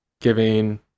giving